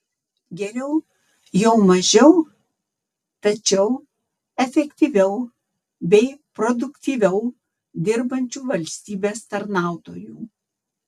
geriau jau mažiau tačiau efektyviau bei produktyviau dirbančių valstybės tarnautojų